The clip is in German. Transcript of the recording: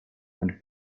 und